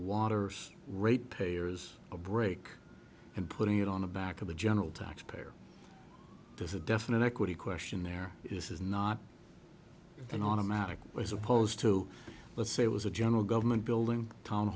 water's ratepayers a break and putting it on the back of the general taxpayer there's a definite equity question there is not an automatic as opposed to let's say it was a general government building a town